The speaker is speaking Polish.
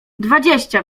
dwadzieścia